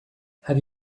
have